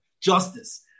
justice